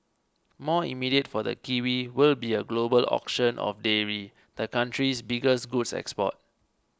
more immediate for the kiwi will be a global auction of dairy the country's biggest goods export